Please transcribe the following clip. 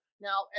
now